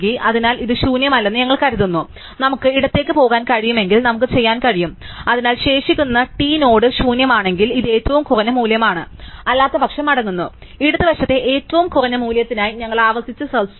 അതിനാൽ ഇത് ശൂന്യമല്ലെന്ന് ഞങ്ങൾ കരുതുന്നു അതിനാൽ നമുക്ക് ഇടത്തേക്ക് പോകാൻ കഴിയുമെങ്കിൽ നമുക്ക് ചെയ്യാൻ കഴിയും അതിനാൽ ശേഷിക്കുന്ന ടി ഡോട്ട് ശൂന്യമാണെങ്കിൽ ഇത് ഏറ്റവും കുറഞ്ഞ മൂല്യമാണ് അല്ലാത്തപക്ഷം മടങ്ങുന്നു ഇടതുവശത്തെ ഏറ്റവും കുറഞ്ഞ മൂല്യത്തിനായി ഞങ്ങൾ ആവർത്തിച്ച് സെർച്ച് ചെയ്യും